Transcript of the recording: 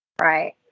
right